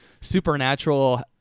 supernatural